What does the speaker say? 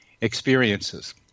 experiences